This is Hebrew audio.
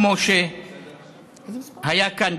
כמו שהיה כאן,